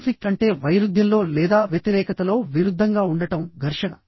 conflict అంటే వైరుధ్యంలో లేదా వ్యతిరేకతలో విరుద్ధంగా ఉండటం ఘర్షణ